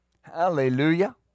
Hallelujah